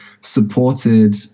supported